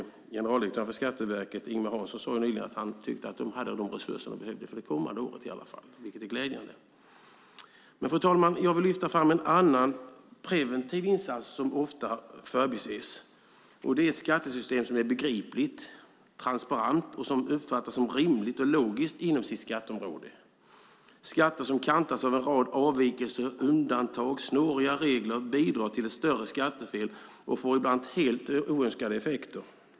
Generaldirektören för Skatteverket, Ingemar Hansson, sade nyligen att han tyckte att de hade de resurser de behövde, för det kommande året i alla fall, vilket är glädjande. Fru talman! Jag vill lyfta fram en annan preventiv insats som ofta förbises. Det är ett skattesystem som är begripligt, transparent och som uppfattas som rimligt och logiskt inom sitt skatteområde. Skatter som kantas av en rad avvikelser, undantag och snåriga regler bidrar till ett större skattefel och får ibland helt oönskade effekter.